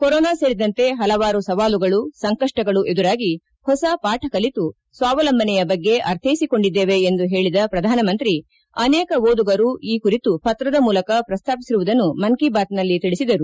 corona ಸೇರಿದಂತೆ ಹಲವಾರು ಸವಾಲುಗಳು ಸಂಕಷ್ನಗಳು ಎದುರಾಗಿ ಹೊಸ ಪಾಠ ಕಲಿತು ಸ್ವಾವಲಂಬನೆಯ ಬಗ್ಗೆ ಅರ್ಥ್ವೆಸಿಕೊಂಡಿದ್ದೇವೆ ಎಂದು ಹೇಳಿದ ಪ್ರಧಾನ ಮಂತ್ರಿ ಅನೇಕ ಓದುಗರು ಈ ಕುರಿತು ಪತ್ರದ ಮೂಲಕ ಪ್ರಸ್ತಾಪಿಸಿರುವುದನ್ನು ಮನ್ ಕೀ ಬಾತ್ನಲ್ಲಿ ತಿಳಿಸಿದರು